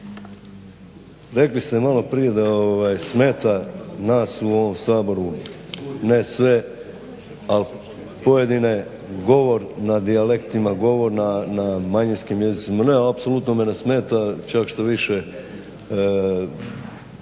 rekli ste maloprije da smeta nas u ovom Saboru, ne sve ali pojedine, govor na dijalektima, govor na manjinskim jezicima. Ne, apsolutno me ne smeta, čak štoviše